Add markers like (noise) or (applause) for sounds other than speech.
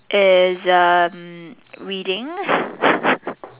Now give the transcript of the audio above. is um reading (laughs)